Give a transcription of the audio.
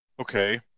okay